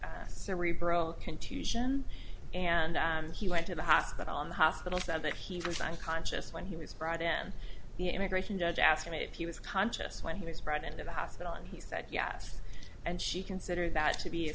us cerebral contusion and he went to the hospital in the hospital said that he was unconscious when he was brought in the immigration judge asked him if he was conscious when he was brought into the hospital and he said yes and she considered that to be a